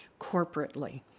corporately